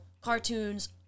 cartoons